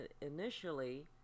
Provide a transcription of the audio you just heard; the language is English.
initially